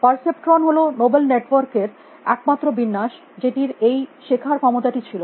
perceptron হল নেবেল network এর একমাত্র বিন্যাস যেটির এই শেখার ক্ষমতাটি ছিল